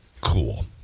cool